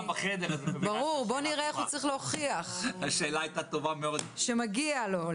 בואו נראה איך הוא צריך להוכיח שמגיע לו.